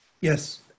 Yes